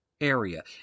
area